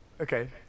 Okay